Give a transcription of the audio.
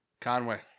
Conway